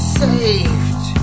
saved